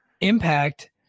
Impact